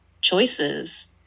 choices